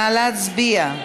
נא להצביע.